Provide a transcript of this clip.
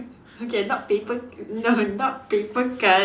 okay not paper no not paper cut